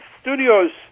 Studios